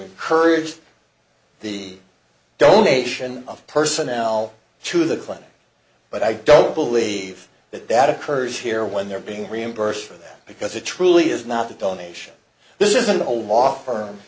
encourage the donation of personnel to the clinic but i don't believe that that occurs here when they're being reimbursed for that because it truly is not a donation this is an old law firm